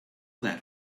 that